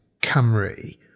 Camry